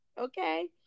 okay